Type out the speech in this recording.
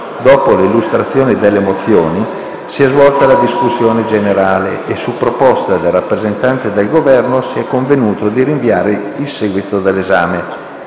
dopo l'illustrazione delle mozioni, ha avuto luogo la discussione e, su proposta del rappresentante del Governo, si è convenuto di rinviare il seguito dell'esame